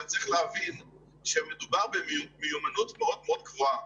גם צריך להבין שמדובר במיומנות מאוד גבוהה